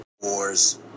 Wars